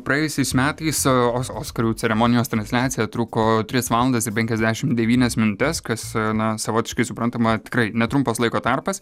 praėjusiais metais os oskarų ceremonijos transliacija truko tris valandas penkiasdešimt devynias minutes kas na savotiškai suprantama tikrai netrumpas laiko tarpas